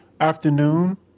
afternoon